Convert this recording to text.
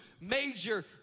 major